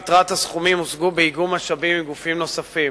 ויתרת הסכומים הושגה באיגום משאבים מגופים נוספים.